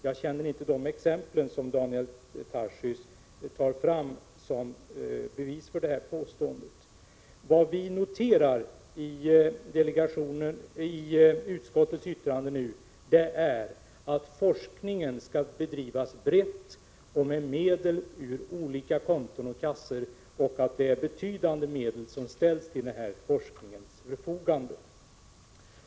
Jag känner inte till de exempel som Daniel Tarschys vill ta fram som bevis för sitt påstående. Vad vi noterar i utskottets yttrande är att forskningen skall bedrivas brett och med medel ur olika konton och kassor och att betydande medel ställs till forskningens förfogande.